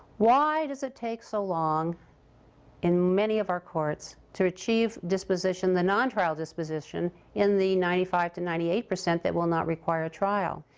why does it take so long in many of our courts to achieve disposition the non-trial disposition in the ninety five percent to ninety eight percent that will not require a trial?